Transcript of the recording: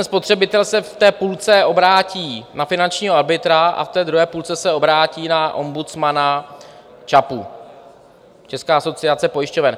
Spotřebitel se v půlce obrátí na finančního arbitra a v druhé půlce se obrátí na ombudsmana ČAPu České asociace pojišťoven.